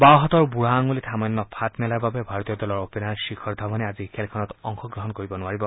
বাওহাতৰ বুঢ়া আঙুলিত সামান্য ফাট মেলাৰ বাবে ভাৰতীয় দলৰ অপেনাৰ শিখৰ ধাৱানে আজিৰ খেলখনত অংশগ্ৰহণ কৰিব নোৱাৰিব